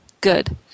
good